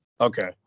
Okay